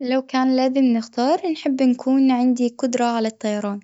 لو كان لازم نختار نحب نكون عندي قدرة على الطيران،